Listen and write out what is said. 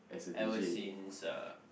ever since ah